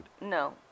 no